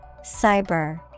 Cyber